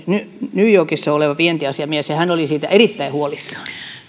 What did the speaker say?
new yorkissa oleva vientiasiamies ja hän oli siitä erittäin huolissaan